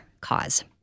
cause